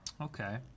Okay